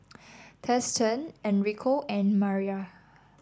Thurston Enrico and Mara